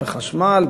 בחשמל,